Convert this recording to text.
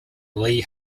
lee